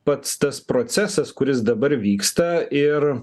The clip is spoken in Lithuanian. pats tas procesas kuris dabar vyksta ir